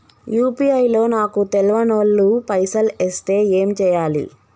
UPI లో నాకు తెల్వనోళ్లు పైసల్ ఎస్తే ఏం చేయాలి?